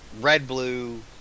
red-blue